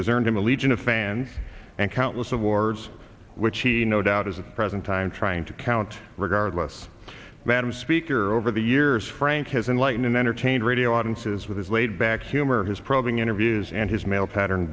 has earned him a legion of fans and countless awards which he no doubt is at the present time trying to count regardless madam speaker over the years frank has enlightened entertained radio audiences with his laid back humor his probing interviews and his male pattern